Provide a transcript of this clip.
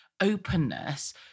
openness